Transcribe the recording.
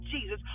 Jesus